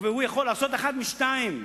והוא יכול לעשות אחת משתיים.